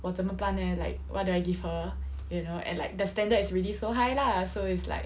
我怎么办 leh like what do I give her you know and like the standard is really so high lah so it's like